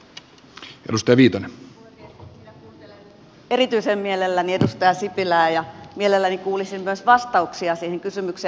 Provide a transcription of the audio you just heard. minä kuuntelen erityisen mielelläni edustaja sipilää ja mielelläni kuulisin myös vastauksia siihen kysymykseen